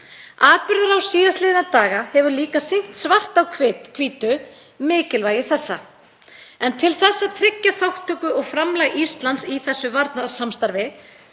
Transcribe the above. Atburðarás síðastliðinna daga hefur líka sýnt svart á hvítu mikilvægi þessa. Til þess að tryggja þátttöku og framlag Íslands í þessu varnarsamstarfi